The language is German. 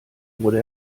wurde